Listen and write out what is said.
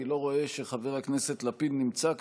אני לא רואה שחבר הכנסת לפיד נמצא כאן,